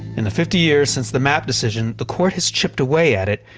in the fifty years since the mapp decision, the court has chipped away at it,